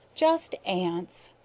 just ants.